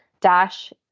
dash